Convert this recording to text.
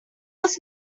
was